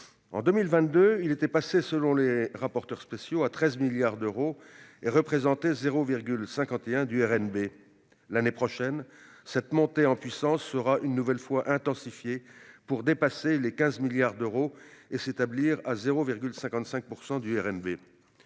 En 2022, il est passé, selon nos rapporteurs spéciaux, à 13 milliards d'euros, soit 0,51 % du RNB. L'année prochaine, cette montée en puissance sera une nouvelle fois intensifiée pour dépasser les 15 milliards d'euros et s'établir à 0,55 % du RNB.